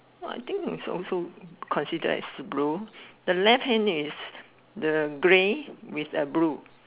what I think it's also considered as blue the left hand is the gray with the blue